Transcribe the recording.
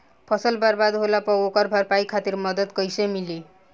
फसल बर्बाद होला पर ओकर भरपाई खातिर मदद कइसे मिली?